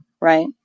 right